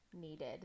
needed